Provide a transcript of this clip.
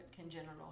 Congenital